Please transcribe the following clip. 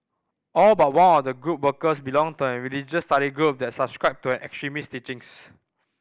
all but one of the group workers belonged to a religious study group that subscribed to extremist teachings